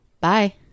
Bye